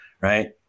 right